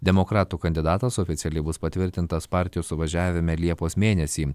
demokratų kandidatas oficialiai bus patvirtintas partijos suvažiavime liepos mėnesį